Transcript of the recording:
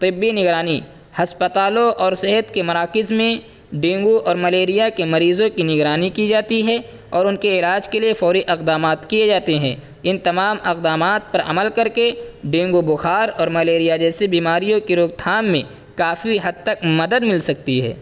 طبی نگرانی ہسپتالوں اور صحت کے مراکز میں ڈینگو اور ملیریا کے مریضوں کی نگرانی کی جاتی ہے اور ان کے علاج کے لیے فوری اقدامات کیے جاتے ہیں ان تمام اقدامات پر عمل کر کے ڈینگو بخار اور ملیریا جیسی بیماریوں کی روک تھام میں کافی حد تک مدد مل سکتی ہے